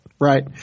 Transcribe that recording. right